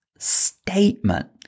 statement